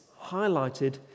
highlighted